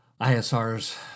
ISR's